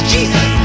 Jesus